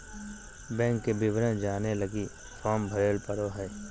bank के विवरण जाने लगी फॉर्म भरे पड़ो हइ